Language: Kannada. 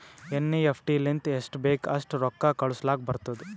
ಎನ್.ಈ.ಎಫ್.ಟಿ ಲಿಂತ ಎಸ್ಟ್ ಬೇಕ್ ಅಸ್ಟ್ ರೊಕ್ಕಾ ಕಳುಸ್ಲಾಕ್ ಬರ್ತುದ್